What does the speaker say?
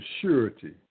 surety